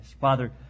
Father